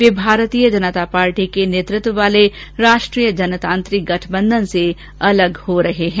वे Bharatiya Janata Party के नेतत्व वाले राष्ट्रीय जनतांत्रिक गठबंधन से अलग हो रहे हैं